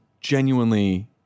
genuinely